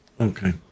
okay